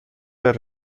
per